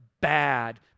bad